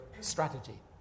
strategy